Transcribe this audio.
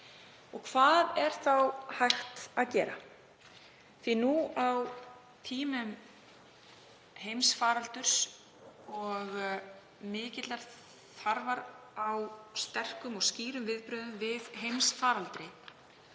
Hvað er þá hægt að gera? Nú á tímum heimsfaraldurs og mikillar þarfar á sterkum og skýrum viðbrögðum við heimsfaraldri